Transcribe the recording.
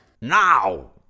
Now